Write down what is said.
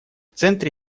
центре